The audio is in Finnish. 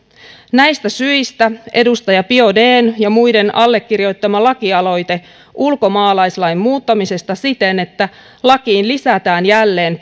näistä syistä edustaja biaudetn ja muiden allekirjoittama lakialoite ulkomaalaislain muuttamisesta siten että lakiin lisätään jälleen